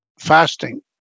fasting